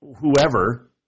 whoever